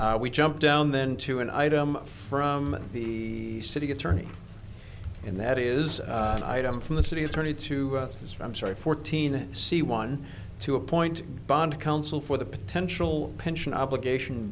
then we jump down then to an item from the city attorney and that is an item from the city attorney to us from sorry fourteen c one to appoint bond counsel for the potential pension obligation